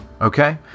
Okay